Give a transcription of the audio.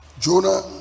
Jonah